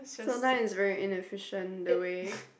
so now is very inefficient the way